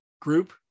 group